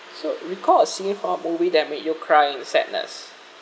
so recall a scene or a movie that made you cry in sadness